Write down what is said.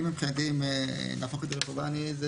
אני לא יודע --- אני מבחינתי להפוך את זה לחובה זה מצוין.